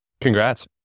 Congrats